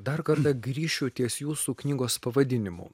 dar kartą grįšiu ties jūsų knygos pavadinimu